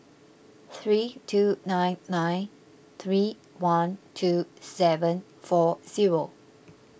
three two nine nine three one two seven four zero